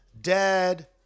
dad